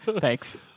Thanks